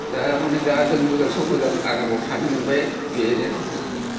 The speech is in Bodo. दा आरु नै दा जों मोजां सायाव मोजां आरामाव थानो मोनबाय बेबायदिनो